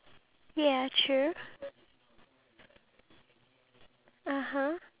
he um explain to us why his videos are only